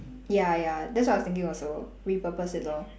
ya ya that's what I was thinking also repurpose it lor